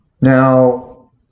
Now